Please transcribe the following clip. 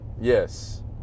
Yes